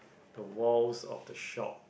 the walls of the shop